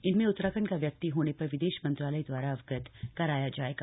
इनमें उत्तराखण्ड का व्यक्ति होने पर विदेश मंत्रालय द्वारा अवगत कराया जाएगा